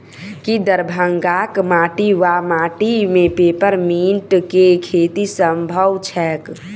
की दरभंगाक माटि वा माटि मे पेपर मिंट केँ खेती सम्भव छैक?